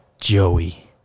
Joey